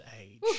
Age